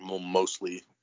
mostly